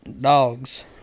dogs